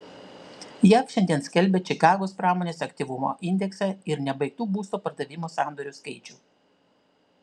jav šiandien skelbia čikagos pramonės aktyvumo indeksą ir nebaigtų būsto pardavimo sandorių skaičių